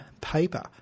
paper